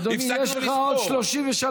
אדוני, יש לך עוד, הפסקנו לספור.